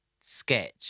sketch